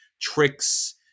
tricks